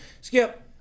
Skip